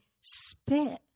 spit